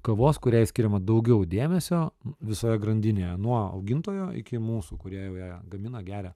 kavos kuriai skiriama daugiau dėmesio visoje grandinėje nuo augintojo iki mūsų kūrėjų jie ją gamina geria